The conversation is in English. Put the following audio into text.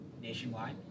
nationwide